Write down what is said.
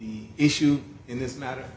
issue in this matter